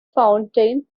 fountain